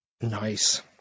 Nice